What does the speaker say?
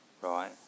Right